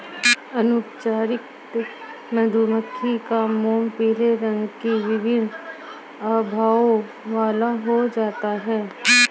अनुपचारित मधुमक्खी का मोम पीले रंग की विभिन्न आभाओं वाला हो जाता है